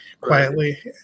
quietly